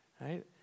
right